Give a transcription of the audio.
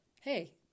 Hey